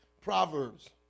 Proverbs